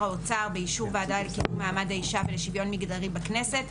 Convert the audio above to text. האוצר באישור הוועדה לקידום מעמד האישה ולשוויון מגדרי בכנסת,